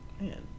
Man